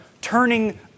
turning